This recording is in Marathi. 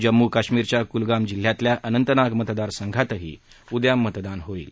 जम्मू कश्मीरच्या कुलगाम जिल्ह्यातल्या अनंतनाग मतदार संघातही उद्या मतदान होईल